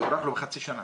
יוארך לו בחצי שנה?